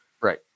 Right